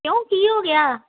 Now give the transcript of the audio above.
ਕਿਉਂ ਕੀ ਹੋ ਗਿਆ